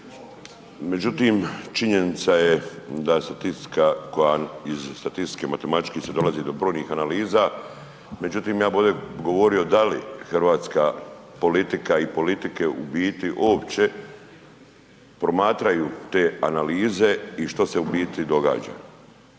međutim činjenica je da se statistika koja iz statistike, matematički se dolazi do brojnih analiza međutim ja bi ovdje govorio da li hrvatska politika i politike u biti uopće promatraju te analize i što se u biti događa.